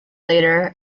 later